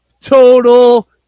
Total